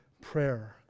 prayer